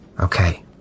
Okay